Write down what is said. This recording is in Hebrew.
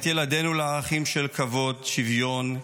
עלינו לחנך את ילדינו לערכים של כבוד ושוויון,